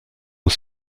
aux